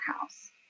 house